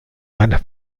meiner